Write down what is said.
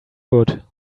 good